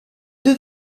deux